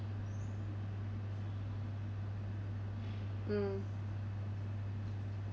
mm